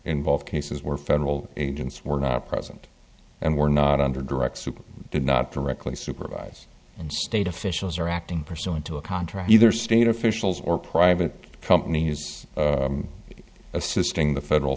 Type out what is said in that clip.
involve cases where federal agents were not present and were not under direct super did not directly supervise and state officials are acting pursuant to a contract either state officials or private companies assisting the federal